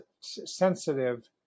sensitive